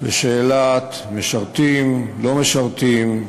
שאלת המשרתים, הלא-משרתים,